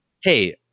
hey